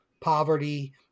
poverty